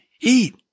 eat